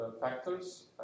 factors